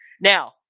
Now